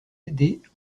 aider